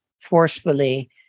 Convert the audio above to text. forcefully